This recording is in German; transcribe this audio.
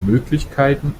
möglichkeiten